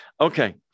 Okay